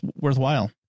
worthwhile